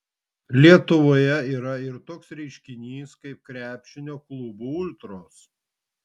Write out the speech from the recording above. lietuvoje yra ir toks reiškinys kaip krepšinio klubų ultros